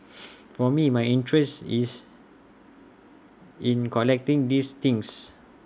for me my interest is in collecting these things